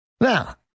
Now